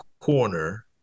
corner